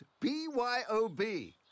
BYOB